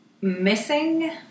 missing